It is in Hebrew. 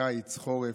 קיץ, חורף,